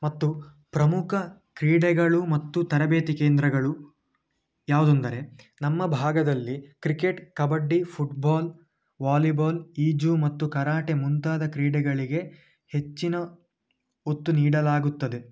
ಮತ್ತು ಪ್ರಮುಕ ಕ್ರೀಡೆಗಳು ಮತ್ತು ತರಬೇತಿ ಕೇಂದ್ರಗಳು ಯಾವುದೆಂದರೆ ನಮ್ಮ ಭಾಗದಲ್ಲಿ ಕ್ರಿಕೆಟ್ ಕಬಡ್ಡಿ ಫುಟ್ಬಾಲ್ ವಾಲಿಬಾಲ್ ಈಜು ಮತ್ತು ಕರಾಟೆ ಮುಂತಾದ ಕ್ರೀಡೆಗಳಿಗೆ ಹೆಚ್ಚಿನ ಒತ್ತು ನೀಡಲಾಗುತ್ತದೆ